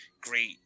great